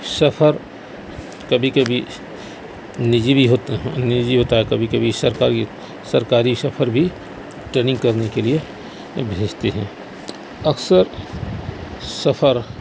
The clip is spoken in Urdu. سفر کبھی کبھی نجی بھی ہوتا ہے نجی ہوتا ہے کبھی کبھی سرکاری سرکاری سفر بھی ٹریننگ کرنے کے لیے بھیجتے ہیں اکثر سفر